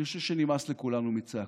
אני חושב שנמאס לכולנו מצעקות.